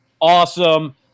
awesome